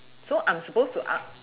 so I'm supposed to ask